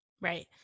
Right